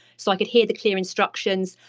so i could hear the clear instructions.